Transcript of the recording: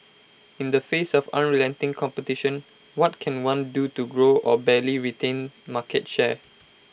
in the face of unrelenting competition what can one do to grow or barely retain market share